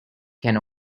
can